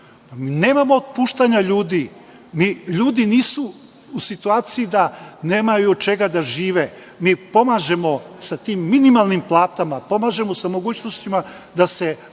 Nemamo otpuštanja ljudi. Ljudi nisu u situaciji da nemaju od čega da žive. Mi pomažemo sa tim minimalnim platama, pomažemo sa mogućnostima da se